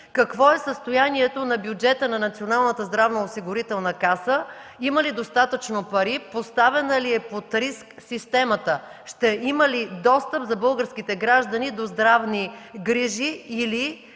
какво е състоянието на бюджета на Националната здравноосигурителна каса? Има ли достатъчно пари? Поставена ли е под риск системата? Ще имат ли достъп българските граждани до здравни грижи, или